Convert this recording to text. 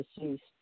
deceased